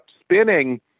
spinning